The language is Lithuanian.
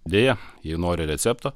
deja jei nori recepto